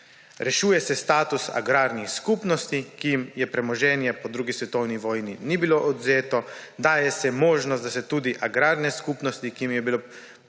Rešuje se status agrarnih skupnosti, ki jim premoženje po drugi svetovni vojni ni bilo odvzeto, daje se možnost, da se tudi agrarne skupnosti, ki jim